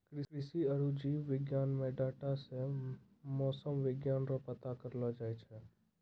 कृषि आरु जीव विज्ञान मे डाटा से मौसम विज्ञान रो पता करलो जाय छै